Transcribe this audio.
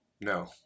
No